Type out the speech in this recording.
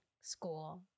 school